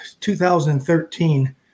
2013